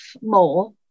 more